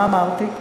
מה אמרתי?